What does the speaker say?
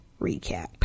recap